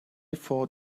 thought